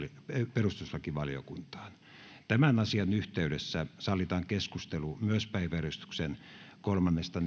perustuslakivaliokuntaan tämän asian yhteydessä sallitaan keskustelu myös päiväjärjestyksen kolmannesta